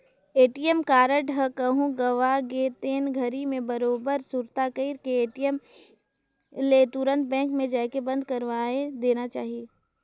ATM card ह कहूँ गवा गे तेन घरी मे बरोबर सुरता कइर के ए.टी.एम ले तुंरत बेंक मे जायके बंद करवाये देना चाही